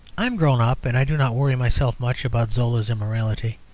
i am grown up, and i do not worry myself much about zola's immorality.